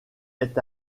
est